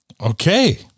Okay